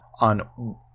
on